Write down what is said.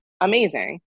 amazing